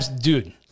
dude